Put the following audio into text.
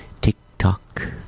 Tick-tock